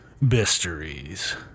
mysteries